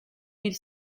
mille